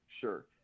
Sure